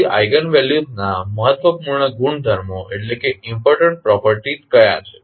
તેથી આઇગન વેલ્યુસના મહત્વપૂર્ણ ગુણધર્મો કયા છે